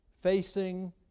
facing